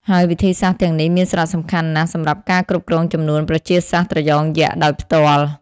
ហើយវិធីសាស្ត្រទាំងនេះមានសារៈសំខាន់ណាស់សម្រាប់ការគ្រប់គ្រងចំនួនប្រជាសាស្ត្រត្រយងយក្សដោយផ្ទាល់។